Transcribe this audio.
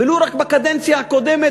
ולו רק בקדנציה הקודמת,